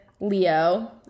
Leo